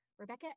Rebecca